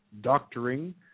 doctoring